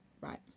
Right